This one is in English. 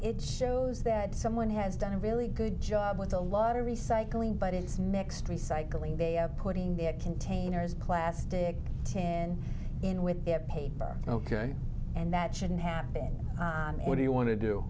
it shows that someone has done a really good job with a lot of recycling but it's mixed recycling they are putting their containers plastic ten in with paper ok and that shouldn't happen what do you want to do